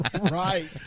Right